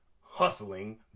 hustling